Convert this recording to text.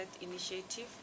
Initiative